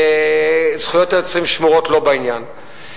שזכויות היוצרים שמורות לו בעניין,